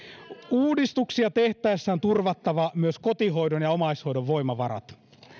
uudistuksia tehtäessä on turvattava myös kotihoidon ja omaishoidon voimavarat